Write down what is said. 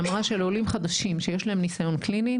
שאמרה שלעולים חדשים שיש להם ניסיון קליני,